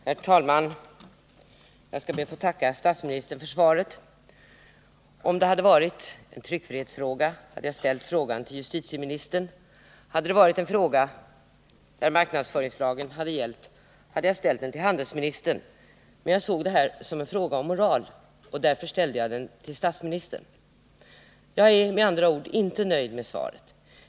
Herr talman! Jag ber att få tacka statsministern för svaret. Om det hade varit en tryckfrihetsfråga, hade jag ställt den till justitieministern. Hade det varit en fråga som gällde marknadsföringslagen, hade jag ställt den till handelsministern. Men jag såg detta som en fråga om moral, och därför ställde jag den till statsministern. Jag är med andra ord inte nöjd med svaret.